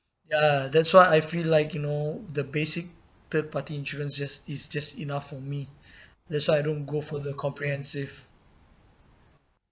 ya that's why I feel like you know the basic third party insurance just is just enough for me that's why I don't go for the comprehensive